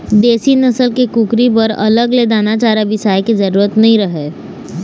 देसी नसल के कुकरी बर अलग ले दाना चारा बिसाए के जरूरत नइ रहय